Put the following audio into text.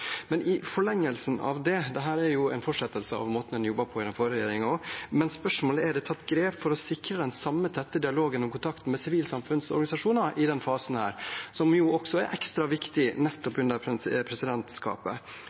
I forlengelsen av det, dette er jo en fortsettelse av måten en jobbet på i den forrige regjeringen også, er spørsmålet om det er tatt grep for å sikre den samme tette dialogen og kontakten med sivilsamfunnsorganisasjoner i denne fasen, som jo er ekstra viktig nettopp under presidentskapet.